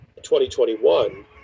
2021